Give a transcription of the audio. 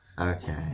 Okay